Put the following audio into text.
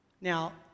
Now